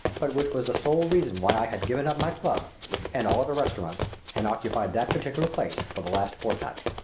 but which was the sole reason why i had given up my club and all other restaurants and occupied that particular place for the last fortnight.